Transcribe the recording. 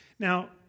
Now